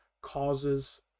causes